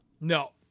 no